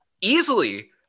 easily